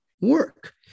work